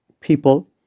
people